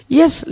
yes